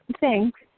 Thanks